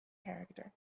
character